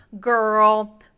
Girl